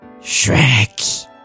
Shrek